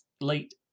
late